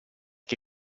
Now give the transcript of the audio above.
che